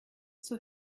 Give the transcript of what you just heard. zur